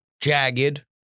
jagged